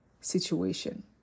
situation